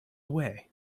way